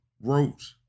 wrote